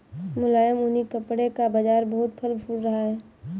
मुलायम ऊनी कपड़े का बाजार बहुत फल फूल रहा है